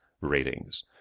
ratings